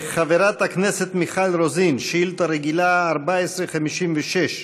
חברת הכנסת מיכל רוזין, שאילתה רגילה מס' 1456,